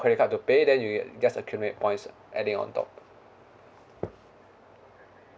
credit card to pay then you can just accumulate points adding on top